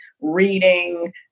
reading